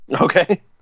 Okay